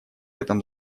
этом